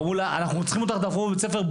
ואמרו לה אנחנו צריכים אותך דחוף בבית-הספר,